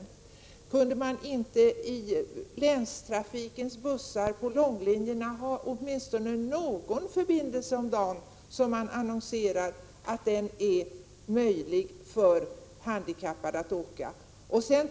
Och kunde man inte i länstrafikens bussar på långlinjerna åtminstone ha någon förbindelse om dagen för vilken man annonserar att det är möjligt för handikappade att åka med den?